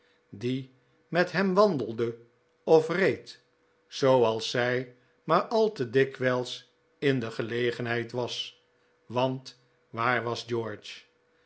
die met hem wandeldc of reed zooals zij maar al te dikwijls in de gclegcnhcid was want waar was